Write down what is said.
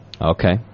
Okay